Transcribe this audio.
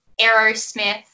Aerosmith